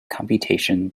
computation